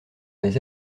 les